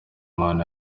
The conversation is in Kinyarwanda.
imana